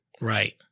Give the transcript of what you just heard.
right